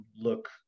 look